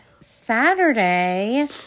Saturday